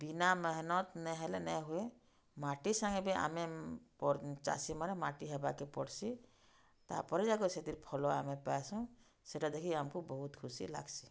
ବିନା ମେହେନତ୍ ନେହେଲେ ନେ ହୁଏ ମାଟି ସାଙ୍ଗେ ବି ଆମେ ଚାଷୀମାନେ ମାଟି ହେବାକେ ପଡ଼୍ସି ତା'ପରେ ଯାକ ସେଥିର୍ ଫଲ ଆମେ ପାଏସୁଁ ସେଟା ଦେଖି ଆମ୍କୁ ବହୁତ୍ ଖୁସି ଲାଗ୍ସି